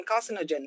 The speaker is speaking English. carcinogen